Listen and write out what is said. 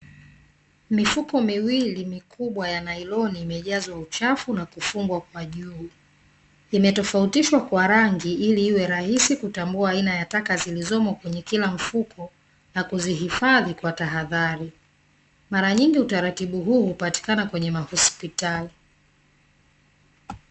Mifuko miwili mikubwa ya nailoni imejazwa uchafu na kufungwa kwa juu. Imetofautishwa kwa rangi ili iwe rahisi kutambua aina ya taka zilizopo kwenye kila mfuko, na kuzihifadhi kwa tahadhari. Mara nyingi utaratibu huu, hupatikana kwenye mahospitali.